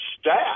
staff